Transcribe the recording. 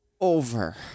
over